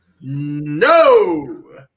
no